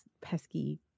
pesky